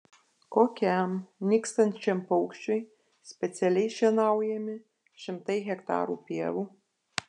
kokiam nykstančiam paukščiui specialiai šienaujami šimtai hektarų pievų